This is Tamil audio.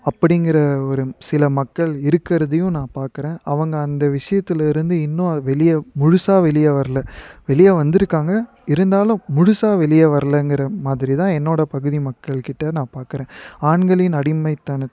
அப்படிங்கிற ஒரு சில மக்கள் இருக்கிறதையும் நான் பார்க்குறேன் அவங்க அந்த விஷயத்துலருந்து இன்னும் வெளியே முழுசா வெளியே வர்ல வெளியே வந்திருக்காங்க இருந்தாலும் முழுசா வெளியே வர்லைங்கிற மாதிரி தான் என்னோடய பகுதி மக்கள்கிட்ட நான் பார்க்குறேன் ஆண்களின் அடிமைத்தன